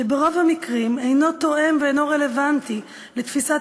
שברוב המקרים אינו תואם ואינו רלוונטי לתפיסת